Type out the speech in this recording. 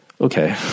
Okay